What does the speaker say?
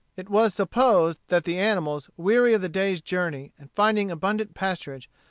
it was supposed that the animals, weary of the day's journey, and finding abundant pasturage,